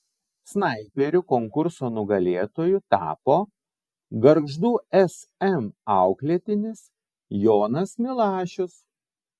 snaiperių konkurso nugalėtoju tapo gargždų sm auklėtinis jonas milašius